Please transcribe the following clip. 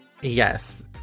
Yes